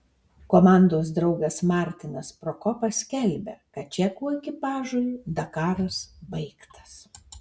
komandos draugas martinas prokopas skelbia kad čekų ekipažui dakaras baigtas